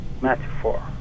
metaphor